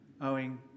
owing